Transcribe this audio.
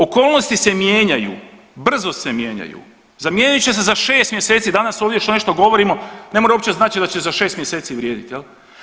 Okolnosti se mijenjaju, brzo se mijenjaju zamijenit će se za 6 mjeseci, danas ovdje što nešto govorimo ne mora uopće značiti da će za 6 mjeseci vrijediti jel.